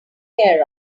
care